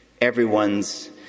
everyone's